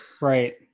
Right